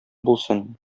булсын